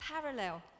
parallel